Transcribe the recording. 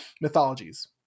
mythologies